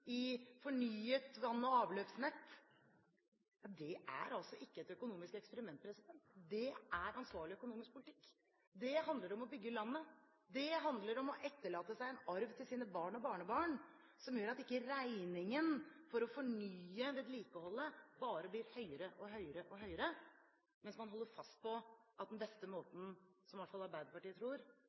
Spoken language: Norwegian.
i fornyet vann- og avløpsnett – er altså ikke et økonomisk eksperiment. Det er ansvarlig økonomisk politikk. Det handler om å bygge landet. Det handler om å etterlate seg en arv til sine barn og barnebarn som gjør at ikke regningen for å fornye vedlikeholdet bare blir høyere og høyere og høyere, mens man holder fast på at den beste måten – som i alle fall Arbeiderpartiet tror